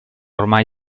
ormai